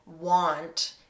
want